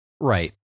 Right